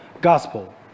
gospel